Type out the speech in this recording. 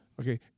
Okay